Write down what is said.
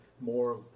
more